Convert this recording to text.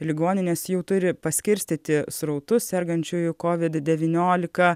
ligoninės jau turi paskirstyti srautus sergančiųjų kovid devyniolika